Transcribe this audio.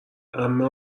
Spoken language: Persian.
عمه